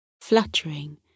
fluttering